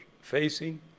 facing